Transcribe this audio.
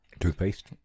Toothpaste